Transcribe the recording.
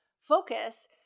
focus